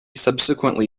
subsequently